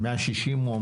160,000